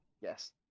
Yes